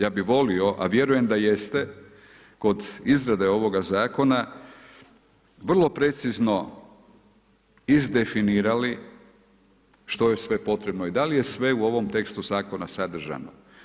Ja bih volio, a vjerujem da jeste kod izrade ovoga zakona vrlo precizno izdefinirali što je sve potrebno i da li je sve u ovom tekstu zakona sadržano.